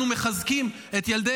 אנחנו מחזקים את ילדי